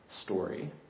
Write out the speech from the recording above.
story